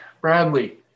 Bradley